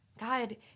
God